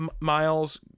Miles